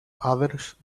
others